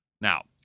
Now